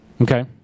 okay